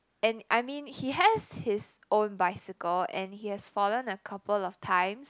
and I mean he has his own bicycle and he has fallen a couple of times